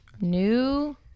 New